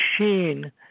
machine